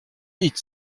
huit